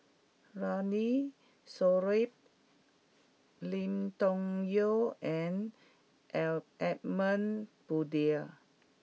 Ramli Sarip Lim Chong Yah and L Edmund Blundell